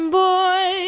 boy